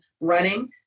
running